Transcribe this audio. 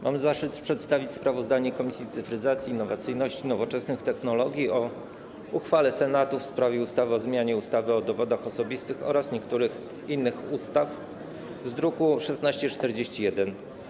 Mam zaszczyt przedstawić sprawozdanie Komisji Cyfryzacji, Innowacyjności i Nowoczesnych Technologii o uchwale Senatu w sprawie ustawy o zmianie ustawy o dowodach osobistych oraz niektórych innych ustaw z druku nr 1641.